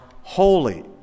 holy